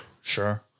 Sure